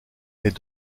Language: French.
est